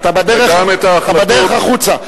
אתה בדרך החוצה.